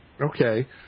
Okay